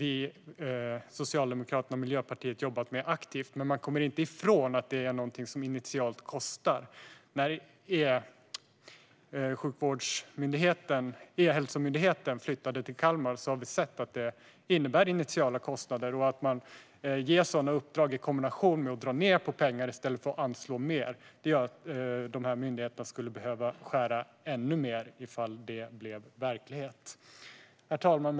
Socialdemokraterna och Miljöpartiet har jobbat aktivt med det, men man kommer inte ifrån att det är någonting som initialt kostar. När E-hälsomyndigheten flyttade till Kalmar såg vi att det innebar initiala kostnader. Att man ger sådana uppdrag i kombination med att dra ned på anslagen i stället för att anslå mer gör att myndigheterna skulle behöva skära ännu mer om det blev verklighet. Herr talman!